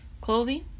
clothing